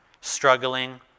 struggling